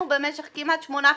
אנחנו בסעיף האחרון בסדר-היום,